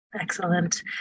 Excellent